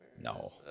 No